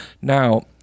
now